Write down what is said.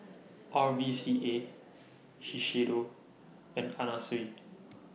R V C A Shiseido and Anna Sui